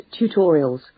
tutorials